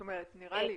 זאת אומרת, נראה לי.